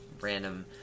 random